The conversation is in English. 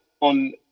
on